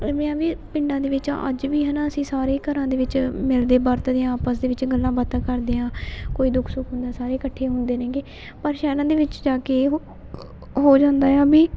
ਇਵੇਂ ਆ ਵੀ ਪਿੰਡਾਂ ਦੇ ਵਿੱਚ ਅੱਜ ਵੀ ਹੈ ਨਾ ਅਸੀਂ ਸਾਰੇ ਘਰਾਂ ਦੇ ਵਿੱਚ ਮਿਲਦੇ ਵਰਤਦੇ ਹਾਂ ਆਪਸ ਦੇ ਵਿੱਚ ਗੱਲਾਂ ਬਾਤਾਂ ਕਰਦੇ ਹਾਂ ਕੋਈ ਦੁੱਖ ਸੁੱਖ ਹੁੰਦਾ ਸਾਰੇ ਇਕੱਠੇ ਹੁੰਦੇ ਨੇਗੇ ਪਰ ਸ਼ਹਿਰਾਂ ਦੇ ਵਿੱਚ ਜਾ ਕੇ ਉਹ ਹੋ ਜਾਂਦਾ ਆ ਵੀ